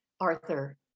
Arthur